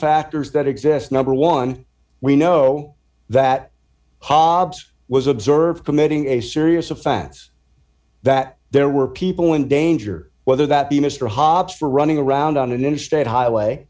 factors that exist number one we know that hobbs was observed committing a serious offense that there were people in danger whether that be mr hobbs for running around on an interstate highway